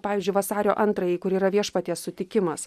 pavyzdžiui vasario antrąjai kur yra viešpaties sutikimas